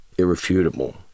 Irrefutable